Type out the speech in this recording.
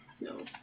No